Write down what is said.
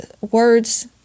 words